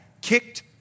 kicked